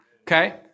okay